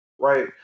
right